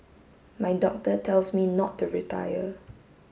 my doctor tells me not to retire